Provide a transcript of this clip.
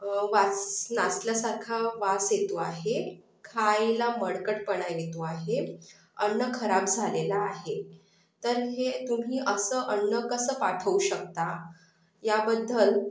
वास नासल्यासारखा वास येतो आहे खायला मळकटपणा येतो आहे अन्न खराब झालेलं आहे तर हे तुम्ही असं अन्न कसं पाठवू शकता याबद्दल